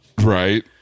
right